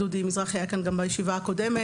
דודי מזרחי ממשרד החינוך היה כאן בישיבה הקודמת.